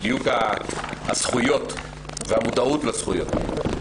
בדיוק הזכויות והמודעות לזכויות.